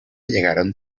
llegaron